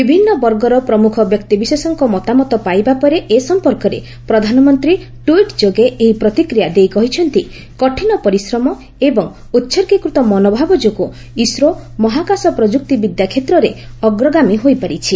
ବିଭିନ୍ନ ବର୍ଗର ପ୍ରମୁଖ ବ୍ୟକ୍ତିବିଶେଷଙ୍କ ମତାମତ ପାଇବା ପରେ ଏ ସମ୍ପର୍କରେ ପ୍ରଧାନମନ୍ତ୍ରୀ ଟ୍ୱିଟ୍ ଯୋଗେ ଏହି ପ୍ରତିକ୍ରିୟା ଦେଇ କହିଛନ୍ତି କଠିନ ପରିଶ୍ରମ ଏବଂ ଉତ୍ଗୀକୃତ ମନୋଭାବ ଯୋଗୁଁ ଇସ୍ରୋ ମହାକାଶ ପ୍ରଯୁକ୍ତି ବିଦ୍ୟା କ୍ଷେତ୍ରରେ ଅଗ୍ରଗାମୀ ହୋଇପାରିଛି